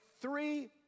three